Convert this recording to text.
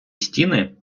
стіни